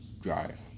drive